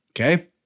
okay